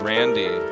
Randy